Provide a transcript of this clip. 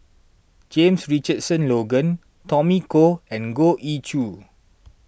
James Richardson Logan Tommy Koh and Goh Ee Choo